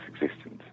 existence